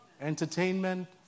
entertainment